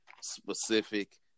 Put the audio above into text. specific